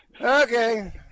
Okay